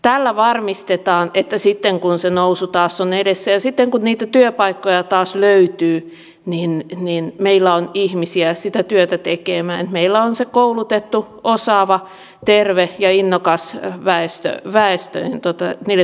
tällä varmistetaan että sitten kun se nousu taas on edessä ja sitten kun niitä työpaikkoja taas löytyy meillä on ihmisiä sitä työtä tekemään että meillä on se koulutettu osaava terve ja innokas väestö niille työmarkkinoille